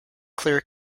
clear